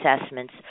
assessments